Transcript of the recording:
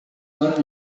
per